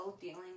dealing